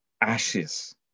ashes